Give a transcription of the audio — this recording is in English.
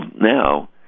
now